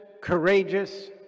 courageous